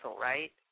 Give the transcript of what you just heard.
right